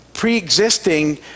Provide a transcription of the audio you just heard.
pre-existing